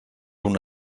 una